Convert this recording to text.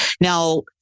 Now